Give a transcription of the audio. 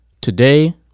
Today